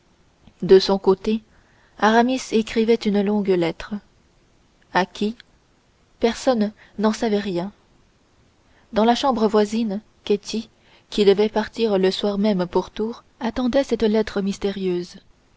de son côté aramis écrivait une longue lettre à qui personne n'en savait rien dans la chambre voisine ketty qui devait partir le soir même pour tours attendait cette lettre mystérieuse